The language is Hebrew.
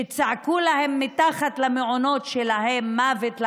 שצעקו להם מתחת למעונות שלהם: מוות לערבים,